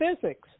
physics